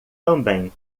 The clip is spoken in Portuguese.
também